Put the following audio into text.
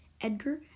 Edgar